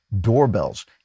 doorbells